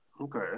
Okay